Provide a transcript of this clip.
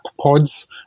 pods